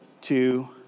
two